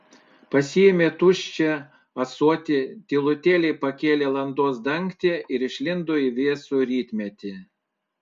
pasiėmė tuščią ąsotį tylutėliai pakėlė landos dangtį ir išlindo į vėsų rytmetį